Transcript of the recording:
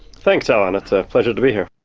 thanks alan, it's a pleasure to be here.